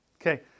Okay